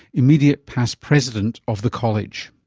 immediate past president of the college.